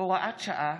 הוראת שעה,